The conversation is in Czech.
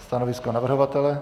Stanovisko navrhovatele?